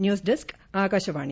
news desk Akashvani